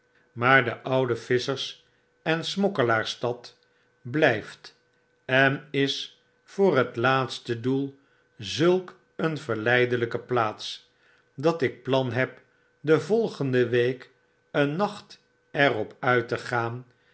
maar de oude visschers en smokkelaarsstad blyft en is voor het laatste doel zulk een verleidelyke plaats dat ik plan heb de volgende week een nacht er op uit te gaan